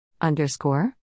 Underscore